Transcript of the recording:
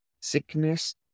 sickness